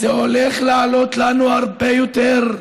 זה הולך לעלות לנו הרבה יותר.